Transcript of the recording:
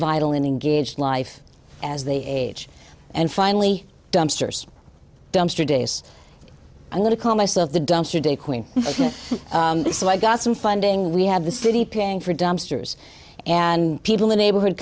vital in engaged life as they age and finally dumpsters dumpster days i'm going to call myself the dumpster de queen ok so i got some funding we had the city paying for dumpsters and people in neighborhood